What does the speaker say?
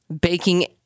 baking